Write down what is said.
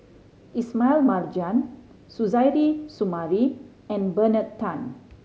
Ismail Marjan Suzairhe Sumari and Bernard Tan